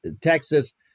Texas